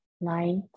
light